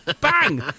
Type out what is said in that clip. Bang